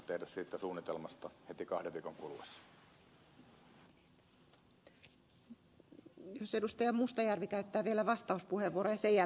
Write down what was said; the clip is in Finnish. ei siitä suunnitelmasta väitöskirjatasoista tehdä heti kahden viikon kuluessa